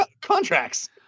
contracts